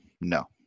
no